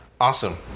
Awesome